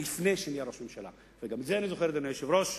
ודאי שאני זוכר, איזו שאלה?